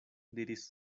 diris